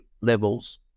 levels